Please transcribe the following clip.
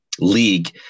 league